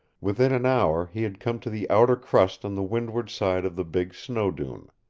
within an hour he had come to the outer crust on the windward side of the big snow-dune.